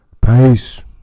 peace